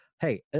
Hey